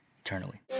eternally